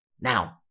now